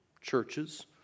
churches